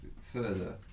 further